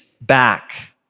back